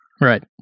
Right